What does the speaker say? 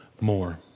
more